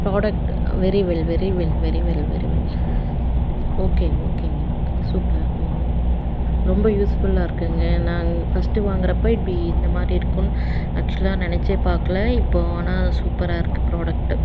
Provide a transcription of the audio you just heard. product very well very well very well very well okay ஓகேங்க okay super hmm ரொம்ப யூஸ்ஃபுல்லாக இருக்குதுங்க நாங்கள் ஃபஸ்ட் வாங்குறப்போ இப்படி இந்த மாதிரி இருக்கும்னு ஆக்சுவலாக நெனைச்சே பார்க்கல இப்போது ஆனால் சூப்பராக இருக்குது ப்ராடக்ட்